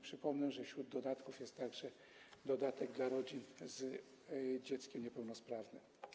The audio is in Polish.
Przypomnę, że wśród dodatków jest także dodatek dla rodzin z dzieckiem niepełnosprawnym.